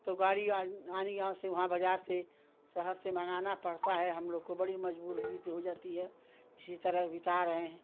तो गाड़ी यानी गाँव से वहाँ बाज़ार से शहर से मँगाना पड़ता है हमलोग को बड़ी मज़बूरी हो जाती है इसी तरह बिता रहे हैं